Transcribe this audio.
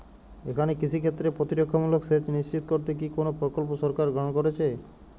এখানে কৃষিক্ষেত্রে প্রতিরক্ষামূলক সেচ নিশ্চিত করতে কি কোনো প্রকল্প সরকার গ্রহন করেছে?